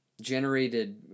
generated